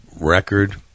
record